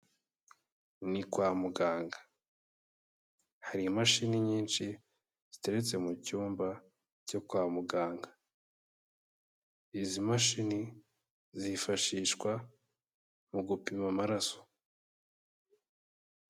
Ni kwa muganga, hari imashini nyinshi ziteretse mu cyumba cyo kwa muganga, izi mashini zifashishwa mu gupima amaraso.